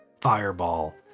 fireball